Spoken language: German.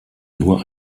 nur